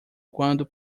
quando